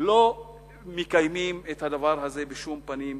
לא מקיימים את הדבר הזה בשום פנים ואופן.